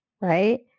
right